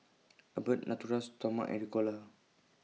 Abbott Natura Stoma and Ricola